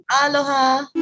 Aloha